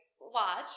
watch